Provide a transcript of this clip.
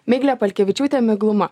miglė palkevičiūtė migluma